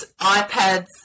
ipads